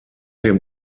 dem